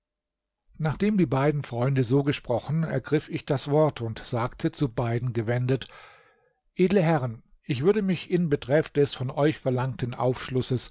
nachdem die beiden freunde so gesprochen ergriff ich das wort und sagte zu beiden gewendet edle herren ich würde mich in betreff des von euch verlangten aufschlusses